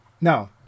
No